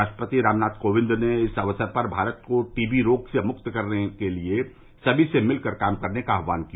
राष्ट्रपति रामनाथ कोविंद ने इस अवसर पर भारत को टीबी रोग से मुक्त कराने के लिए सभी से मिलकर काम करने का आह्वान किया